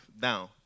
down